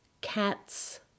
cats